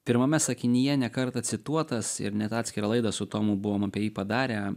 pirmame sakinyje ne kartą cituotas ir net atskirą laidą su tomu buvom apie jį padarę